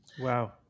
Wow